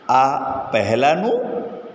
આ પહેલાંનું